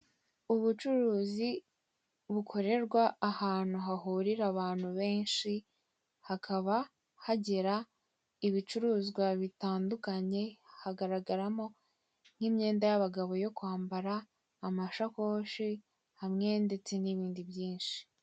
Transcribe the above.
Ubucuruzi bukorerwa ahantu hahurira abantu benshi, hakaba hagera ibicuruzwa bitandukanye hagaragaramo nk'imyenda y'abagabo yo kwambara amashakoshi hamwe ndetse n'ibindi byinshi.